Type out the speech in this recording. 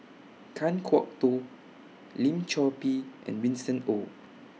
Kan Kwok Toh Lim Chor Pee and Winston Oh